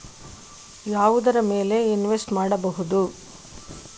ಯಾವುದರ ಮೇಲೆ ಇನ್ವೆಸ್ಟ್ ಮಾಡಬಹುದು?